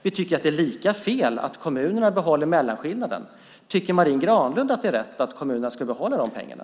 Vi tycker att det är lika fel att kommunerna behåller mellanskillnaden. Tycker Marie Granlund att det är rätt att kommunerna ska behålla de pengarna?